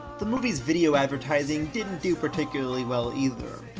the movie's video advertising didn't do particularly well, either.